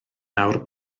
nawr